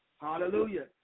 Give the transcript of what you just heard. Hallelujah